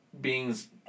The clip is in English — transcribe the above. beings